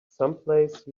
someplace